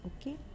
okay